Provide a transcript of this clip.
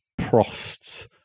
Prost's